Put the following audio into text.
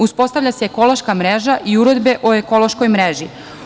Uspostavlja se ekološka mreža i uredbe o ekološkoj mreži.